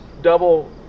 double